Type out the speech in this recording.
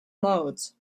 modes